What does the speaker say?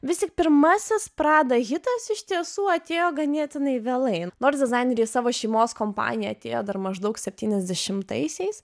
vistik pirmasis prada hitas iš tiesų atėjo ganėtinai vėlai nors dizainerė savo šeimos kompanijoje atėjo dar maždaug septyniasdešimtaisiais